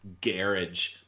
garage